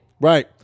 right